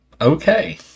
Okay